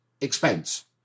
expense